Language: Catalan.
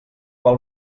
pel